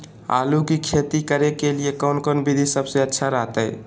आलू की खेती करें के कौन कौन विधि सबसे अच्छा रहतय?